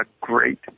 great